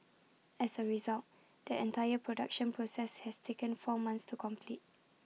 as A result the entire production process has taken four months to complete